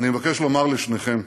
אני מבקש לומר לשניכם: